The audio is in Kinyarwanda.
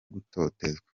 gutotezwa